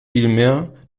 vielmehr